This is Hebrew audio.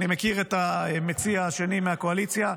אני מכיר את המציע השני מהקואליציה,